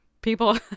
people